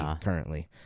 currently